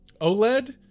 OLED